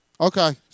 Okay